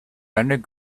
landed